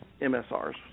MSRs